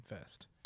first